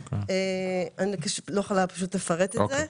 אני לא יכולה לפרט את זה.